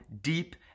deep